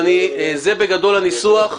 זה בגדול הניסוח.